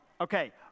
Okay